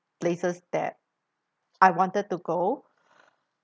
places that I wanted to go